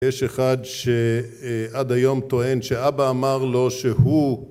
יש אחד שעד היום טוען שאבא אמר לו שהוא